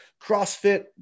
CrossFit